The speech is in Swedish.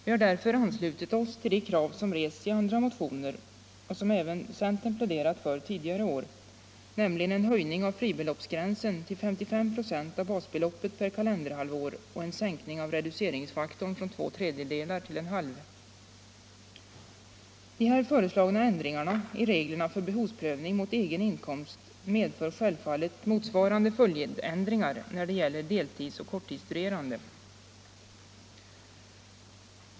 Vi har därför anslutit oss till de krav som rests i andra motioner och som även centern pläderat för tidigare år, nämligen en höjning av fribeloppsgränsen till 55 96 av basbeloppet per kalenderhalvår och en sänkning av reduceringsfaktorn från 2 2. De här föreslagna ändringarna i reglerna för behovsprövning mot egen inkomst medför självfallet motsvarande följdändringar när det gäller deltidsoch korttidsstuderande.